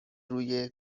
روی